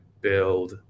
build